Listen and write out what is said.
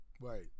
Right